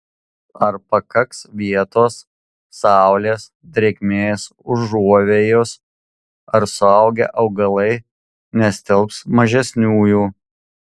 ar pakaks vietos saulės drėgmės užuovėjos ar suaugę augalai nestelbs mažesniųjų